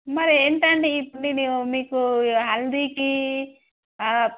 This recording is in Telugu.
మరి ఏంటండి ఇప్పు నను మీకు హల్దీకి